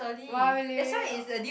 !wah! really w~